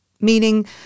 meaning